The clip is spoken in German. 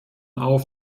auf